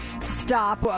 stop